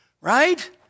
right